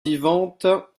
vivante